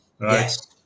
Yes